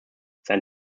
sein